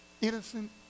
Innocent